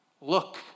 Look